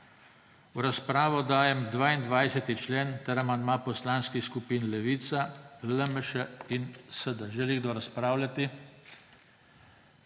V razpravo dajem 22. člen ter amandma Poslanskih skupin Levica, LMŠ in SD. Želi kdo razpravljati?